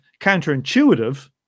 counterintuitive